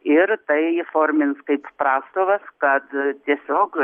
ir tai įformins kaip prastovas kad tiesiog